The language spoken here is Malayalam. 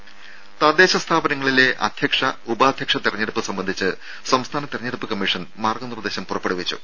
രും തദ്ദേശ സ്ഥാപനങ്ങളിലെ അധ്യക്ഷ ഉപാധ്യക്ഷ തെരഞ്ഞെടുപ്പ് സംബന്ധിച്ച് സംസ്ഥാന തെരഞ്ഞെടുപ്പ് കമ്മീഷൻ മാർഗനിർദേശം പുറപ്പെടുവിച്ചു